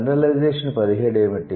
జెన్ పదిహేడు ఏమిటి